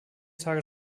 tage